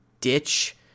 ditch